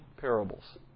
parables